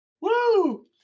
Woo